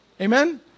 Amen